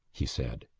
he said.